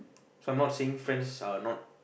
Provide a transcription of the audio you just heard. so I'm not saying friends are not